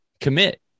commit